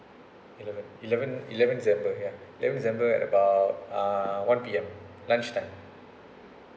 eleven eleventh eleventh december ya eleventh december at about one P_M lunch time